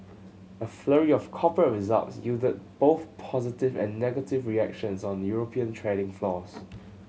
a flurry of corporate results yielded both positive and negative reactions on European trading floors